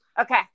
Okay